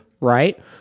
Right